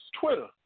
Twitter